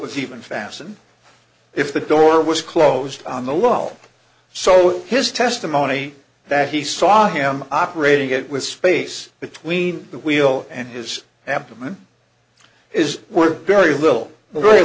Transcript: was even fasten if the door was closed on the wall so his testimony that he saw him operating it with space between the wheel and his abdomen is were very little